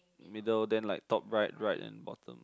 middle then like top right right and bottom